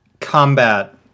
combat